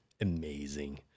amazing